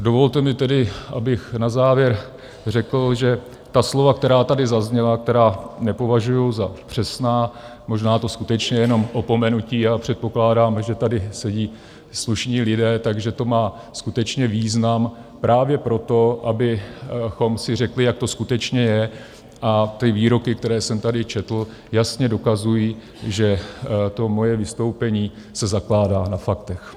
Dovolte mi tedy, abych na závěr řekl, že ta slova, která tady zazněla, která nepovažuji za přesná, možná to skutečně je jenom opomenutí, já předpokládám, že tady sedí slušní lidé, takže to má skutečně význam, právě proto, abychom si řekli, jak to skutečně je a ty výroky, které jsem tady četl, jasně dokazují, že to moje vystoupení se zakládá na faktech.